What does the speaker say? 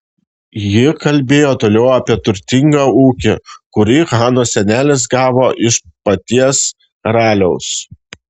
ji kalbėjo toliau apie turtingą ūkį kurį hanos senelis gavo iš paties karaliaus